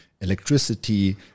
electricity